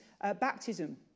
baptism